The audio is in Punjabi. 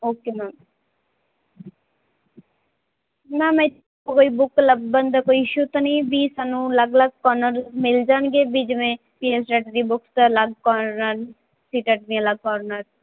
ਓਕੇ ਮੈਮ ਮੈਮ ਇੱਥੇ ਕੋਈ ਬੁੱਕ ਲੱਭਣ ਦਾ ਕੋਈ ਇਸ਼ੂ ਤਾਂ ਨਹੀਂ ਵੀ ਸਾਨੂੰ ਅਲੱਗ ਅਲੱਗ ਕੋਰਨਰ ਮਿਲ ਜਾਣਗੇ ਵੀ ਜਿਵੇਂ ਪੀਐਸਟੈਟ ਦੀਆਂ ਬੁੱਕਸ ਅਲੱਗ ਕੋਰਨਰ ਹਨ ਸੀਟੈਟ ਦੀਆਂ ਅਲੱਗ ਕੋਰਨਰ